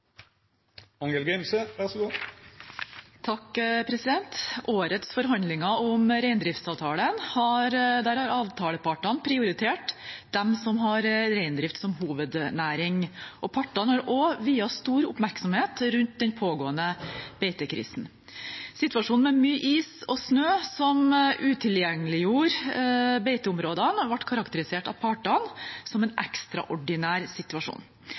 årets forhandlinger om reindriftsavtalen har avtalepartene prioritert dem som har reindrift som hovednæring, og partene har også viet den pågående beitekrisen stor oppmerksomhet. Situasjonen med mye is og snø, som utilgjengeliggjorde beiteområdene, ble karakterisert av partene som «en ekstraordinær situasjon».